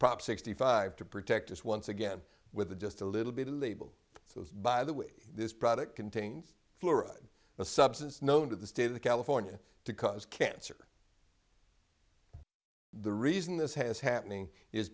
prop sixty five to protect us once again with just a little bit of a label so it's by the way this product contains fluoride a substance known to the state of california to cause cancer the reason this has happening is